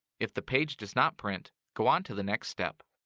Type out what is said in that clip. if the page does not print, go on to the next step.